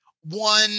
one